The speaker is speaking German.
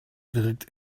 wirkt